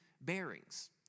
bearings